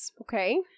okay